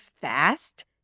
fast